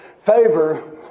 favor